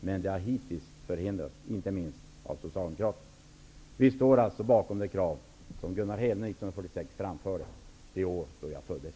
Men det har hittills förhindrats, inte minst av Vi står alltså bakom det krav som Gunnar Hedlund framförde 1946, det år då jag föddes.